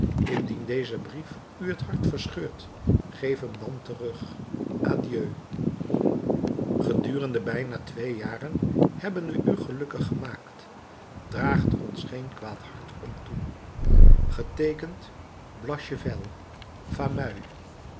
indien deze brief u het hart verscheurt geef hem dan terug adieu gedurende bijna twee jaren hebben we u gelukkig gemaakt draagt er ons geen kwaad hart om toe geteekend